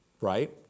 right